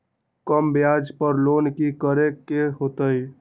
कम ब्याज पर लोन की करे के होतई?